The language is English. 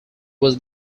was